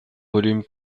volume